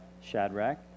Shadrach